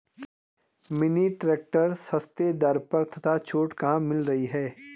Mini tractor सस्ते दर पर तथा छूट कहाँ मिल रही है?